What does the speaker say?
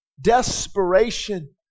Desperation